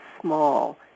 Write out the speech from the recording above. small